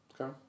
Okay